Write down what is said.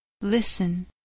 listen